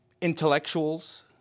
intellectuals